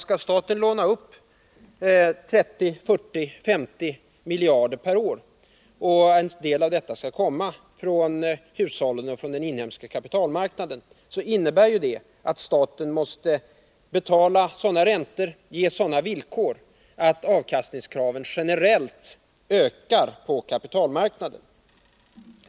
Skall staten låna ut 30, 40 eller 50 miljarder per år och en del av detta skall komma från hushållen och från den inhemska kapitalmarknaden, måste staten betala sådana räntor — ge sådana villkor — att avkastningskraven generellt ökar på kapitalmarknaden.